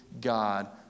God